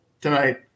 tonight